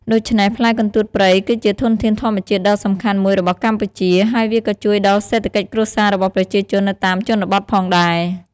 ដូច្នេះ ផ្លែកន្ទួតព្រៃគឺជាធនធានធម្មជាតិដ៏សំខាន់មួយរបស់កម្ពុជា ហើយវាក៏ជួយដល់សេដ្ឋកិច្ចគ្រួសាររបស់ប្រជាជននៅតាមជនបទផងដែរ។